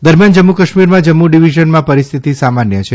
દરમિયાન જમ્મુ કાશ્મીરમાં જમ્મુ ડીવીઝનમાં પરિતેસ્થતિ સામાન્ય છે